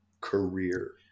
career